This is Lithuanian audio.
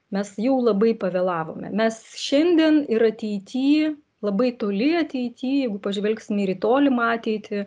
mes jau labai pavėlavome mes šiandien ir ateity labai toli ateity jeigu pažvelgsim ir į tolimą ateitį